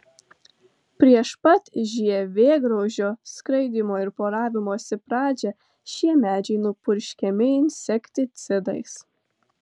prieš pat žievėgraužio skraidymo ir poravimosi pradžią šie medžiai nupurškiami insekticidais